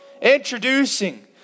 Introducing